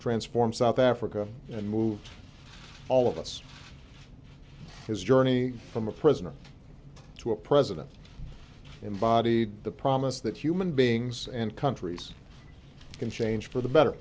transform south africa and moves all of us his journey from a president to a president embodied the promise that human beings and countries can change for the better